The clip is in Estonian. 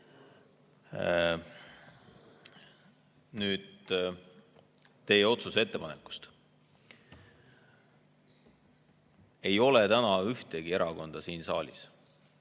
Nüüd teie otsuse ettepanekust. Ei ole täna ühtegi erakonda siin saalis